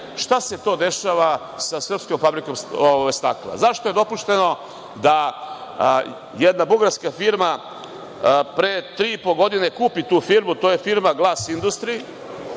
šta se to dešava sa Srpskom fabrikom stakla? Zašto je dopušteno da jedna bugarska firma pre tri i po godine kupi tu firmu, to je firma „Glas industri“,